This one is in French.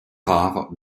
rare